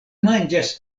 manĝas